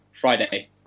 Friday